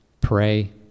pray